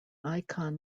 icon